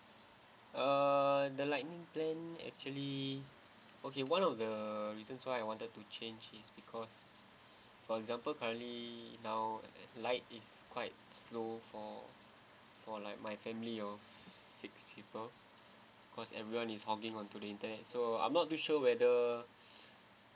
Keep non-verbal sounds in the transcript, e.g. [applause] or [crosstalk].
uh the lightning plan actually okay one of the reasons why I wanted to change is because for example currently now lite is quite slow for for like my family of six people because everyone is hogging onto the internet so I'm not too sure whether [breath]